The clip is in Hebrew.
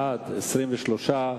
בעד, 23,